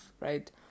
right